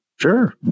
Sure